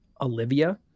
Olivia